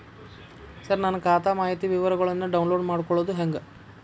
ಸರ ನನ್ನ ಖಾತಾ ಮಾಹಿತಿ ವಿವರಗೊಳ್ನ, ಡೌನ್ಲೋಡ್ ಮಾಡ್ಕೊಳೋದು ಹೆಂಗ?